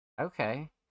Okay